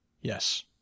Yes